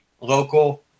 local